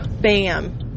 bam